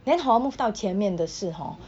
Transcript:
then hor move 到前面的事 hor